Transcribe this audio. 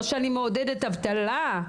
לא שאני מעודדת אבטלה.